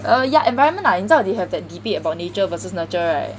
uh yeah environment ah 你知道 they have that debate about nature versus nurture